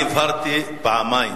אני הבהרתי פעמיים